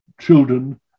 children